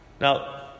Now